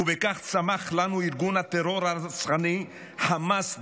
וכך צמח לנו ארגון הטרור הרצחני חמאס-דאעש,